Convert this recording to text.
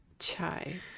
chai